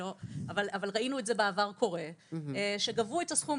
אבל ראינו את זה קורה בעבר מביאות